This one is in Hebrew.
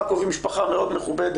מקוב היא משפחה מאוד מכובדת,